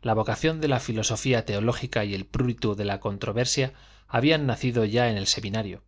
la vocación de la filosofía teológica y el prurito de la controversia habían nacido ya en el seminario